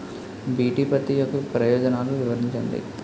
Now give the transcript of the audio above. BT పత్తి యొక్క ప్రయోజనాలను వివరించండి?